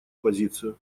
позицию